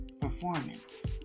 performance